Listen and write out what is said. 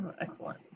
Excellent